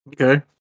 Okay